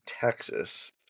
Texas